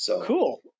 Cool